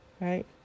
right